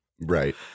Right